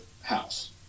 house